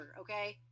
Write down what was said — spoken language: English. okay